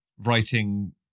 writing